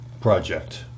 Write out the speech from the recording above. project